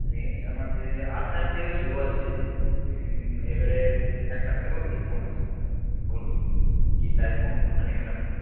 range আমাদের আট হাজার থেকে শুরু আছে এবারে এক লাখ টাকা অবধি ফোন আছে বলুন কী চাই কোন ফোনটা নেবেন আপনি